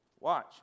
Watch